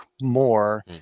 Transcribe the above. more